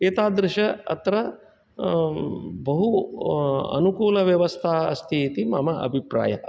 एतादृशी अत्र बहु अनुकूलव्यवस्था अस्ति इति मम अभिप्रायः